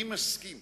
אני מסכים